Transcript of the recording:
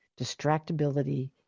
distractibility